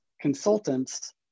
consultants